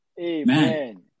Amen